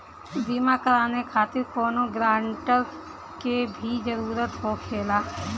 बीमा कराने खातिर कौनो ग्रानटर के भी जरूरत होखे ला?